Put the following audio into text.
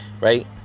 right